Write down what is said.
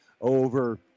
over